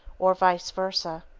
or vice versa.